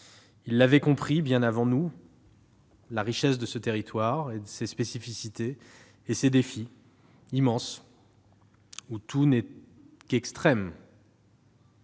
Il avait compris bien avant nous la richesse de ce territoire, ses spécificités et ses défis, immenses, à la mesure